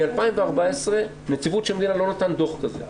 מ-2014 נציבות שירות המדינה לא נתנה דו"ח כזה.